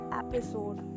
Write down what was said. episode